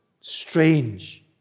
Strange